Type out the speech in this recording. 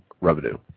revenue